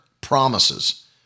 promises